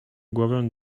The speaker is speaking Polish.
głowę